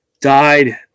died